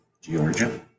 Georgia